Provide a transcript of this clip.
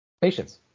Patience